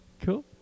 Cool